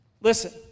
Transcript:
Listen